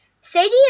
sadie